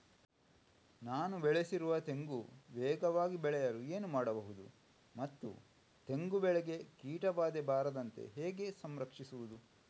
ನಾನು ಬೆಳೆಸಿರುವ ತೆಂಗು ವೇಗವಾಗಿ ಬೆಳೆಯಲು ಏನು ಮಾಡಬಹುದು ಮತ್ತು ತೆಂಗು ಬೆಳೆಗೆ ಕೀಟಬಾಧೆ ಬಾರದಂತೆ ಹೇಗೆ ಸಂರಕ್ಷಿಸುವುದು?